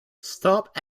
stop